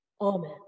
Amen